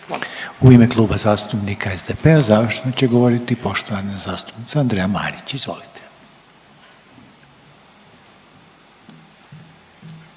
U ime Kluba zastupnika SDP-a završno će govoriti poštovana zastupnica Andreja Marić. Izvolite.